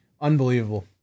Unbelievable